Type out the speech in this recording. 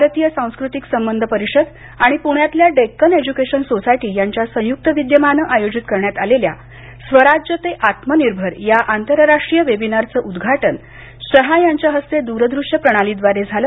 भारतीय सांस्कृतिक संबंध परिषद आणि पुण्यातल्या डेक्कन एज्युकेशन सोसायटी यांच्या संयुक्त विद्यमानं आयोजित करण्यात आलेल्या स्वराज्य ते आत्मनिर्भर या आंतरराष्ट्रीय वेबिनारचं उद्घाटन शहा यांच्या हस्ते दूरदृश्य प्रणालीद्वारे झालं